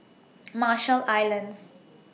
Marshall Islands